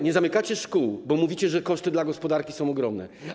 Nie zamykacie szkół, bo mówicie, że koszty dla gospodarki są ogromne.